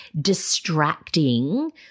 distracting